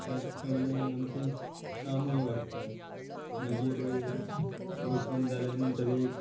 त्या प्रमाणे आमचे कामूय वाडटा मागीर रोपून जाले म्हणटरीच